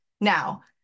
Now